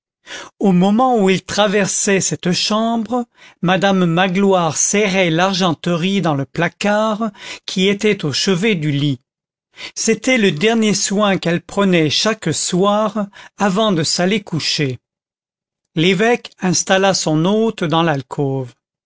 au moment où ils traversaient cette chambre madame magloire serrait l'argenterie dans le placard qui était au chevet du lit c'était le dernier soin qu'elle prenait chaque soir avant de s'aller coucher l'évêque installa son hôte dans l'alcôve